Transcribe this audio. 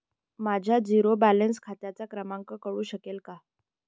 माझ्या zero balance खात्याचा क्रमांक कळू शकेल का?